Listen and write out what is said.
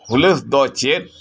ᱦᱩᱞᱟᱹᱥᱫᱚ ᱪᱮᱫ